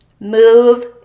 Move